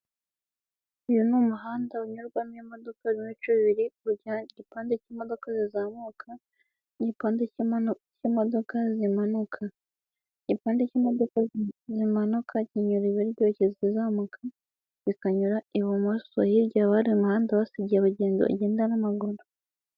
Uyu ni umuhanda unyurwamo imodoka mu bice bibiri, igipande cy'imodoka zizamuka n'igipande cy'imodoka zimanuka. Igipande cy'imodoka zimanuka kinyura iburyo igihe ikizamuka kikanyura ibumoso, hirya bari umuhanda basiye abagenzi bagenda n'amaguru.